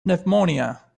pneumonia